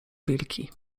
wilki